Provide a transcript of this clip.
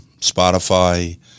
Spotify